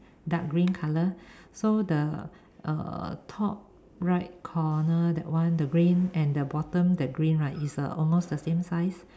dark green color so the err top right corner that one the green and the bottom the green right is uh almost the same size